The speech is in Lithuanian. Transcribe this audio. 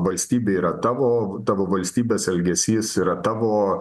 valstybė yra tavo tavo valstybės elgesys yra tavo